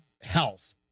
health